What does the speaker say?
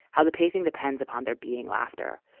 how the pacing depends upon there being laughter.